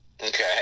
Okay